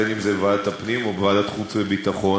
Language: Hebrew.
בין שזו ועדת הפנים או ועדת חוץ וביטחון,